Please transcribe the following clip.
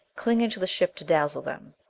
clinging to the ship to dazzle them.